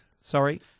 Sorry